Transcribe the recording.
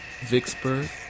Vicksburg